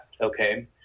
okay